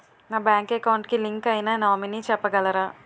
నా bank account కి link అయినా నామినీ చెప్పగలరా?